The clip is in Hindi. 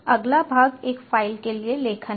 अगला भाग एक फ़ाइल के लिए लेखन है